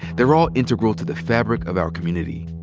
they're all integral to the fabric of our community,